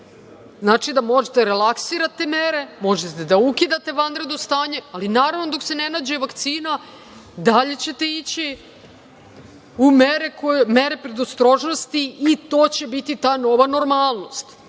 znači da možete da relaksirate mere, možete da ukidate vanredno stanje, ali naravno dok se ne nađe vakcina dalje će ići u mere predostrožnosti i to će biti ta nova normalnost.